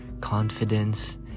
confidence